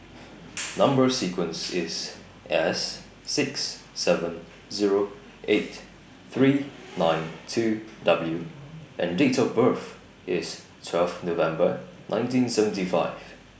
Number sequence IS S six seven Zero eight three nine two W and Date of birth IS twelve November nineteen seventy five